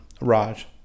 Raj